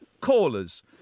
callers